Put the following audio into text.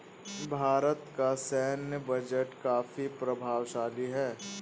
भारत का सैन्य बजट काफी प्रभावशाली है